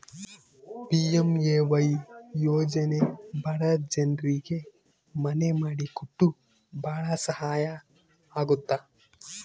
PMAY ಯೋಜನೆ ಬಡ ಜನ್ರಿಗೆ ಮನೆ ಮಾಡಿ ಕೊಟ್ಟು ಭಾಳ ಸಹಾಯ ಆಗುತ್ತ